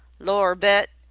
lor, bet,